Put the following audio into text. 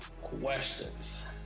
questions